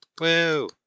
Woo